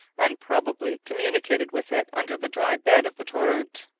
and probably communicated with it under the dry bed of the torrent.